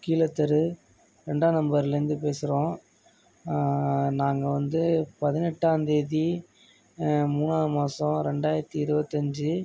கீழத்தெரு ரெண்டாம் நம்பர்லேருந்து பேசுகிறோம் நாங்கள் வந்து பதினெட்டாந்தேதி மூணாவது மாதம் ரெண்டாயிரத்தி இருபத்தஞ்சி